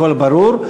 הכול ברור.